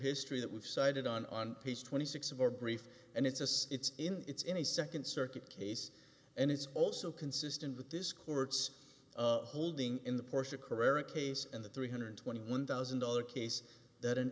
history that we've cited on on page twenty six of our brief and it's us it's in it's in a nd circuit case and it's also consistent with this court's holding in the porsche career a case and the three hundred and twenty one thousand dollars case that an